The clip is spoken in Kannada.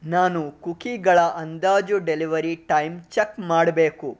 ನಾನು ಕುಕಿಗಳ ಅಂದಾಜು ಡೆಲಿವರಿ ಟೈಮ್ ಚೆಕ್ ಮಾಡಬೇಕು